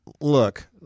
look –